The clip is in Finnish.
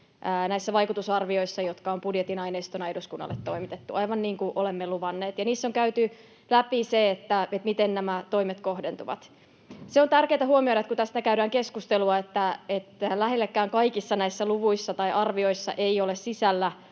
näissä vaikutusarvioissa, jotka on budjetin aineistona eduskunnalle toimitettu, aivan niin kuin olemme luvanneet. Niissä on käyty läpi se, miten nämä toimet kohdentuvat. Se on tärkeätä huomioida, kun tästä käydään keskustelua, että lähellekään kaikissa näissä luvuissa tai arvioissa ei ole sisällä